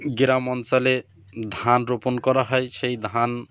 গ্রাম অঞ্চলে ধান রোপণ করা হয় সেই ধান